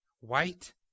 white